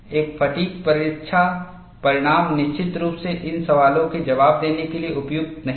एक फ़ैटिग् परीक्षा परिणाम निश्चित रूप से इन सवालों के जवाब देने के लिए उपयुक्त नहीं है